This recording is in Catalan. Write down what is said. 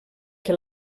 que